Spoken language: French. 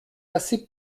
passer